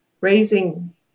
raising